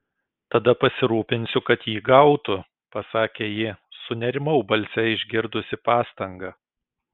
tada pasirūpinsiu kad jį gautų pasakė ji sunerimau balse išgirdusi pastangą